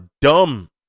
dumb